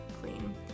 clean